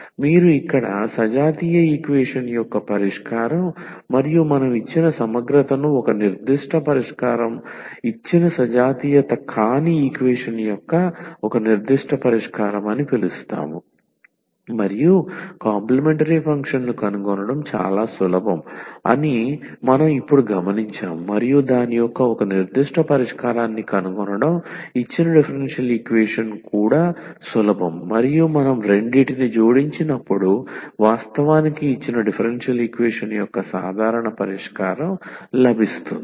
మీరు ఇక్కడ సజాతీయ ఈక్వేషన్ యొక్క పరిష్కారం మరియు మనం ఇచ్చిన సమగ్రతను ఒక నిర్దిష్ట పరిష్కారం ఇచ్చిన సజాతీయత కాని ఈక్వేషన్ యొక్క ఒక నిర్దిష్ట పరిష్కారం అని పిలుస్తాము మరియు CF ను కనుగొనడం చాలా సులభం అని మనం ఇప్పుడు గమనించాము మరియు దాని యొక్క ఒక నిర్దిష్ట పరిష్కారాన్ని కనుగొనడం ఇచ్చిన డిఫరెన్షియల్ ఈక్వేషన్ కూడా సులభం మరియు మనం రెండింటిని జోడించినప్పుడు వాస్తవానికి ఇచ్చిన డిఫరెన్షియల్ ఈక్వేషన్ యొక్క సాధారణ పరిష్కారం లభిస్తుంది